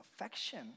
affection